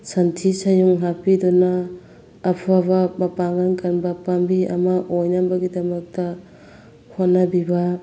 ꯁꯟꯊꯤ ꯁꯟꯌꯨꯡ ꯍꯥꯞꯄꯤꯗꯨꯅ ꯑꯐꯕ ꯃꯄꯥꯡꯒꯟ ꯀꯟꯕ ꯄꯥꯝꯕꯤ ꯑꯃ ꯑꯣꯏꯅꯕꯒꯤꯗꯃꯛꯇ ꯍꯣꯠꯅꯕꯤꯕ